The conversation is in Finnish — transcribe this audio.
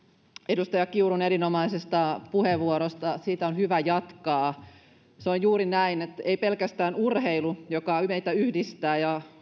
edustaja kiurun erinomaisesta puheenvuorosta on hyvä jatkaa se on juuri näin että kyse ei ole pelkästään urheilusta vaan myös siitä että se yhdistää meitä ja